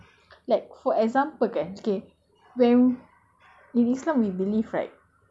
okay I have this question ah like for example kan okay when